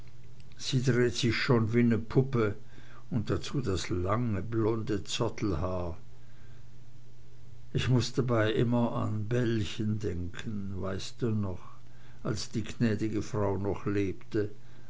sie dreht sich schon wie ne puppe und dazu das lange blonde zoddelhaar ich muß dabei immer an bellchen denken weißt du noch als die gnäd'ge frau noch lebte